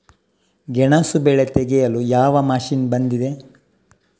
ಗೆಣಸು ಬೆಳೆ ತೆಗೆಯಲು ಯಾವ ಮಷೀನ್ ಬಂದಿದೆ?